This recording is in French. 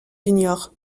junior